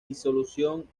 disolución